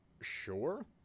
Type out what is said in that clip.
Sure